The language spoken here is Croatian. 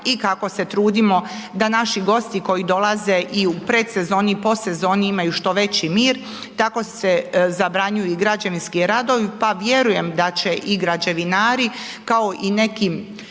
i kako se trudimo da naši gosti koji dolaze i u predsezoni i u posezoni imaju što veći mir, tako se zabranjuju i građevinski radovi pa vjerujem da će i građevinari kao i neki